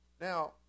Now